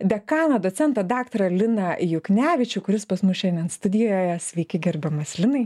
dekaną docentą daktarą liną juknevičių kuris pas mus šiandien studijoje sveiki gerbiamas linai